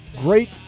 great